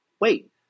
wait